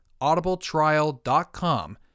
audibletrial.com